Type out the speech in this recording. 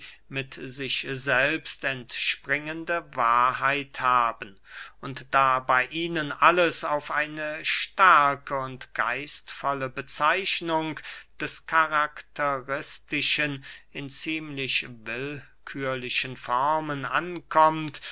mit sich selbst entspringende wahrheit haben und da bey ihnen alles auf eine starke und geistvolle bezeichnung des karakteristischen in ziemlich willkührlichen formen ankommt